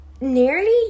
nearly